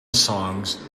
songs